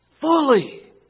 fully